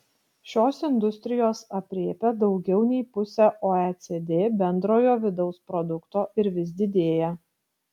šios industrijos aprėpia daugiau nei pusę oecd bendrojo vidaus produkto ir vis didėja